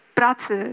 pracy